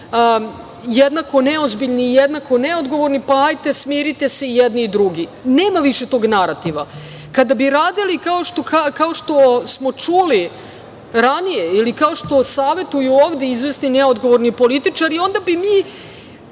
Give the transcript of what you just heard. jednako neozbiljni, jednako neodgovorni, pa hajde smirite se jedni i drugi. Nema više tog narativa. Kada bi radili kao što smo čuli ranije ili kao što savetuju ovde izvesni i neodgovorni političari onda bi mi